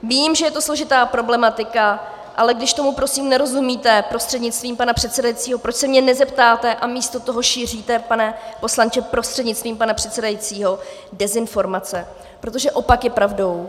Vím, že je to složitá problematika, ale když tomu prosím nerozumíte prostřednictvím pana předsedajícího, proč se mě nezeptáte a místo toho šíříte, pane poslanče prostřednictvím pana předsedajícího, dezinformace, protože opak je pravdou.